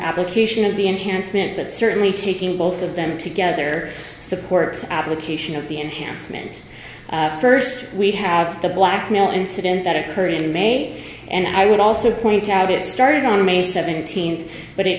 application of the enhancement but certainly taking both of them together supports application of the enhancement first we have the black male incident that occurred in may and i would also point out it started on may seventeenth but it